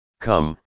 Come